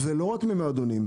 ולא רק ממועדונים,